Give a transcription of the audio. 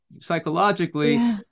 psychologically